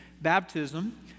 baptism